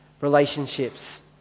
relationships